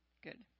Good